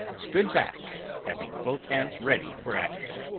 stood back, having both hands ready for action.